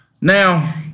Now